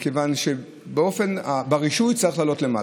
מכיוון שברישוי הוא צריך לעלות למעלה,